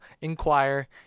inquire